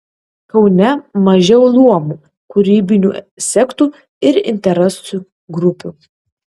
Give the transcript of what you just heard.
kaune mažiau luomų kūrybinių sektų ir interesų grupių